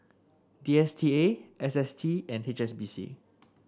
D S T A S S T and H S B C